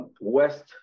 West